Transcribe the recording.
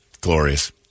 Glorious